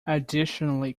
additionally